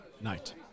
Night